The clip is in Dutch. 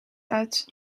uit